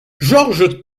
georges